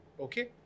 Okay